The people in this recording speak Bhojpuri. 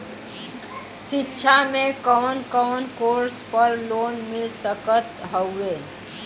शिक्षा मे कवन कवन कोर्स पर लोन मिल सकत हउवे?